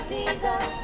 Jesus